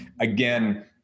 again